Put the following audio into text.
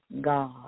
God